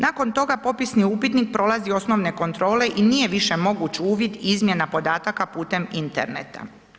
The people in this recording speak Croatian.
Nakon toga popisni upitnik prolazi osnovne kontrole i nije više moguć uvid i izmjena podataka putem interneta.